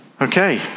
Okay